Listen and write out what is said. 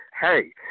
Hey